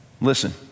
Listen